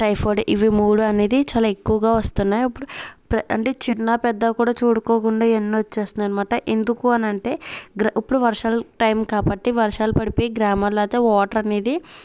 typhoid ఇవి మూడు అనేది చాలా ఎక్కువగా వస్తున్నాయి ఇప్పుడు అంటే చిన్న పెద్ద కూడా చూడకోకుండా ఇవన్ని వచ్చేస్తున్నాయి అనమాట ఎందుకు అని అంటే ఇప్పుడు వర్షాలు టైం కాబట్టి వర్షాలు పడిపోయి గ్రామాల్లో అయితే వాటర్ అనేది